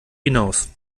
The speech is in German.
hinaus